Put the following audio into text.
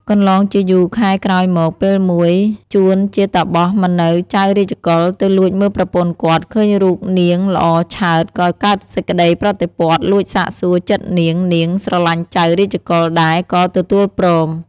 កន្លងជាយូរខែក្រោយមក, ពេលមួយ ចួនជាតាបសមិននៅចៅ រាជកុល ទៅលួចមើលប្រពន្ធគាត់ ឃើញរូប នាងល្អឆើត ក៏កើតសេចក្តីប្រតិព័ទ្ធលួចសាកសួរចិត្តនាងៗ ស្រឡាញ់ចៅ រាជកុល ដែរ ក៏ទទួលព្រម ។